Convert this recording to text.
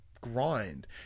grind